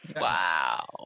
Wow